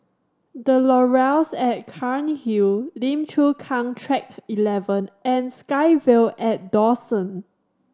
The Laurels at Cairnhill Lim Chu Kang Track Eleven and SkyVille atDawson